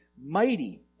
mighty